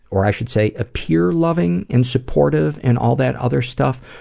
or i should say appear loving and supportive and all that other stuff,